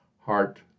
Heart